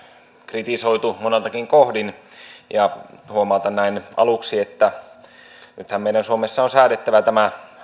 kritisoitu moniltakin kohdin huomautan näin aluksi että nythän meidän suomessa on säädettävä tämä